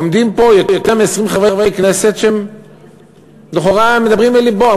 עומדים פה יותר מ-20 חברי כנסת שהם לכאורה מדברים אל לבו,